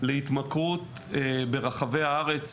להתמכרות ברחבי הארץ,